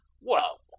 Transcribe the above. Well